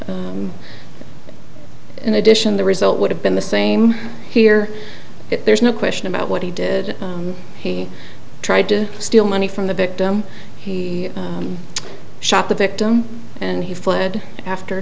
in addition the result would have been the same here there's no question about what he did he tried to steal money from the victim he shot the victim and he fled after